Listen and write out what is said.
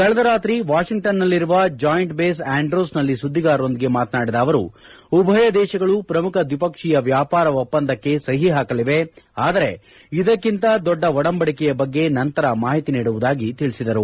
ಕಳೆದ ರಾತ್ರಿ ವಾಷಿಂಗ್ಟನ್ನಲ್ಲಿರುವ ಜಾಯಿಂಟ್ ಬೇಸ್ ಆ್ತಂಡ್ರೂಸ್ ನಲ್ಲಿ ಸುದ್ದಿಗಾರರೊಂದಿಗೆ ಮಾತನಾಡಿದ ಅವರು ಉಭಯ ದೇಶಗಳು ಪ್ರಮುಖ ದ್ವಿಪಕ್ಷೀಯ ವ್ಯಾಪಾರ ಒಪ್ಪಂದಕ್ಕೆ ಸಹಿ ಹಾಕಲಿವೆ ಆದರೆ ಇದಕ್ಕಿಂತ ದೊಡ್ಡ ಒಡಂಬಡಿಕೆಯ ಬಗ್ಗೆ ನಂತರ ಮಾಹಿತಿ ನೀಡುವುದಾಗಿ ತಿಳಿಸಿದರು